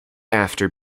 after